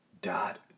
Dot